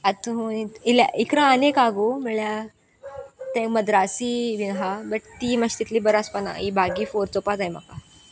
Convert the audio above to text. आता इल्या इकरा आनीक आगो म्हल्यार तें मद्रासी बीन आसा बट ती मात्शी तितली बर आसपा ही बागी फोर चोवपा जाय म्हाका